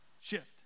Shift